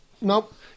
Nope